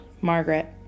margaret